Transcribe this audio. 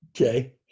Okay